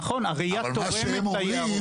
נכון, הרעייה תורמת ליערות.